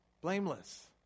Blameless